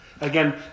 Again